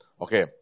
okay